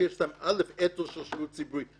שיש להם אתוס של שירות ציבורי,